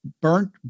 Burnt